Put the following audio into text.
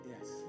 Yes